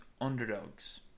underdogs